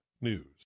News